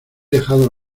dejado